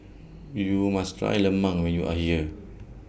YOU must Try Lemang when YOU Are here